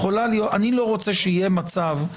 הרעיון של הסעיף היה לחסוך את זה.